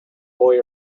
boy